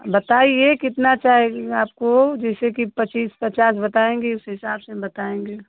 बताइए कितना चा आपको जैसे कि पच्चीस पचास बताएँगी उस हिसाब से हम बताएँगे